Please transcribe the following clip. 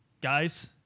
guys